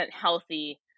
healthy